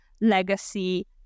legacy